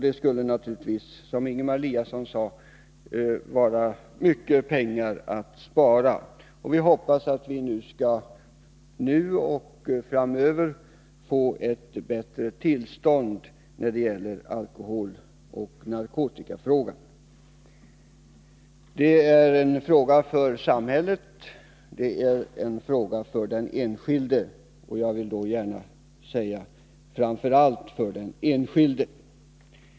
Där skulle man naturligtvis, som Ingemar Eliasson sade, kunna spara mycket pengar. Vi hoppas att vi framöver skall få ett bättre sakernas tillstånd när det gäller alkoholoch narkotikafrågor. Det är en fråga för samhället och — jag vill gärna säga det — framför allt för den enskilde.